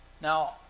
Now